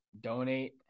Donate